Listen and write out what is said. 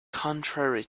contrary